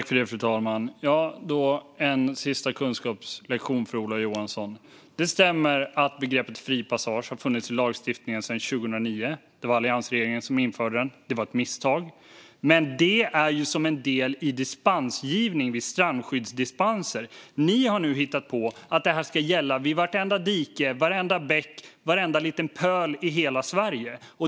Fru talman! Då blir det en sista kunskapslektion för Ola Johansson: Det stämmer att begreppet fri passage har funnits i lagstiftningen sedan 2009. Det var alliansregeringen som införde det, och det var ett misstag. Men det är ju en del i dispensgivning vid strandskyddsdispenser, Ola Johansson, och ni har nu hittat på att detta ska gälla vid vartenda dike, varenda bäck och varenda liten pöl i hela Sverige.